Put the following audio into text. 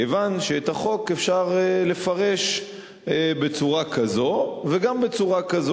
זה כיוון שאת החוק אפשר לפרש בצורה כזאת וגם בצורה כזאת.